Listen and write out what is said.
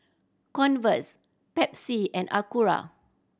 Converse Pepsi and Acura